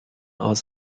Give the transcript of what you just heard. aus